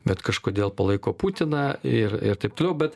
bet kažkodėl palaiko putiną ir ir taip toliau bet